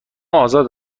آزاد